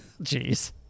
Jeez